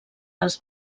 les